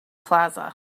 plaza